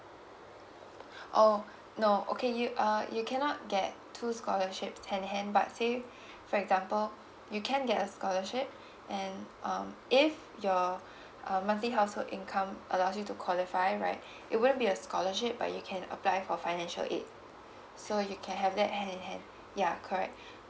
oh no okay you uh you cannot get two scholarships hand in hand but say for example you can get a scholarship and um if your (u) monthly household income allows you to qualify right it wouldn't be a scholarship but you can apply for financial aid so you can have that hand in hand ya correct